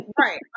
Right